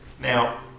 now